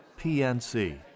PNC